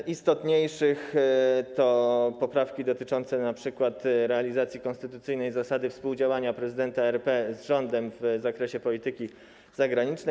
Te istotniejsze to poprawki dotyczące np. realizacji konstytucyjnej zasady współdziałania prezydenta RP z rządem w zakresie polityki zagranicznej.